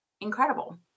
incredible